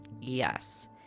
yes